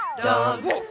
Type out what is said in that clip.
dogs